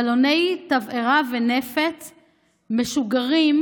בלוני תבערה ונפץ משוגרים,